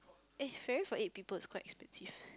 eh ferry for eight people is quite expensive